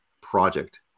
project